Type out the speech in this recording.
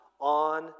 on